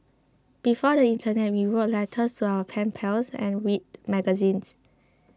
before the Internet we wrote letters to our pen pals and read magazines